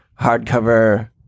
hardcover